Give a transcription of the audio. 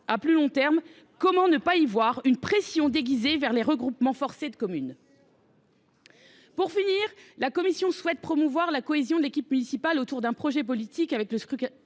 à plus long terme, comment ne pas y voir une pression déguisée vers les regroupements forcés de communes ? Eh oui ! Pour finir, la commission souhaite promouvoir la cohésion de l’équipe municipale autour d’un projet politique avec le scrutin